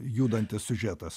judantis siužetas